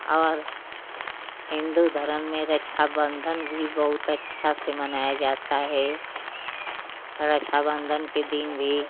और हिन्दू धर्म में रक्षाबंधन भी बहुत अच्छा से मनाया जाता है रक्षाबंधन के दिन भी